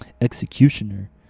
executioner